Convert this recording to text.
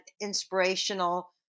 inspirational